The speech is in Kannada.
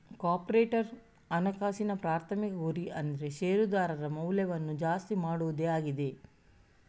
ಕಾರ್ಪೊರೇಟ್ ಹಣಕಾಸಿನ ಪ್ರಾಥಮಿಕ ಗುರಿ ಅಂದ್ರೆ ಶೇರುದಾರರ ಮೌಲ್ಯವನ್ನ ಜಾಸ್ತಿ ಮಾಡುದೇ ಆಗಿದೆ